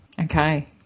okay